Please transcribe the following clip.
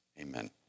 Amen